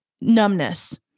numbness